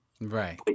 Right